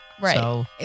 Right